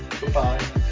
Goodbye